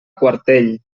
quartell